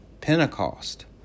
Pentecost